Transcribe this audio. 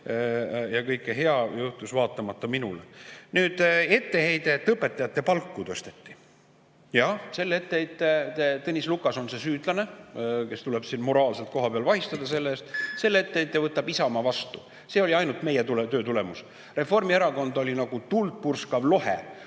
ja kõik hea juhtus vaatamata minule. Etteheide, et õpetajate palku tõsteti. Jaa, Tõnis Lukas on see süüdlane, kes tuleb siin kohapeal moraalselt vahistada selle eest. Selle etteheite võtab Isamaa vastu. See oli ainult meie töö tulemus. Reformierakond oli nagu tuld purskav lohe